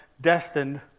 destined